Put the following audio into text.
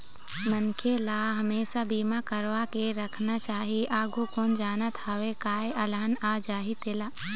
मनखे ल हमेसा बीमा करवा के राखना चाही, आघु कोन जानत हवय काय अलहन आ जाही तेन ला